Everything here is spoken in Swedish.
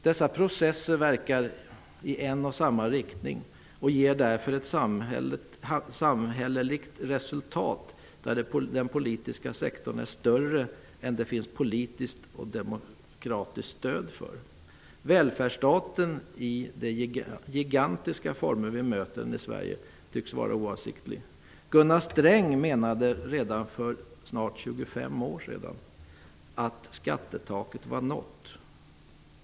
Dessa processer verkar i en och samma riktning och ger därför ett samhälleligt resultat där den politiska sektorn är större än det finns politiskt och demokratiskt stöd för. Välfärdsstaten, i de gigantiska former vi möter den i Sverige, tycks vara oavsiktlig. Gunnar Sträng menade redan för snart 25 år sedan att skattetaket var nått.